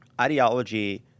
ideology